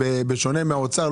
בשונה מהאוצר,